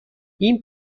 این